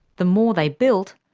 the more they built,